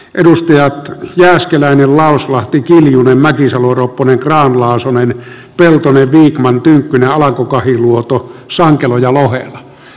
edustajat jääskeläinen lauslahti kiljunen mäkisalo ropponen grahn laasonen peltonen vikman tynkkynen alanko kahiluoto sankelo ja lohela